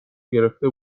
گرفته